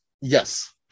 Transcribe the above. Yes